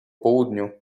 południu